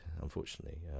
unfortunately